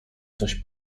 coś